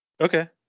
okay